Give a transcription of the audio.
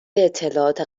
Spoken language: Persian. اطلاعات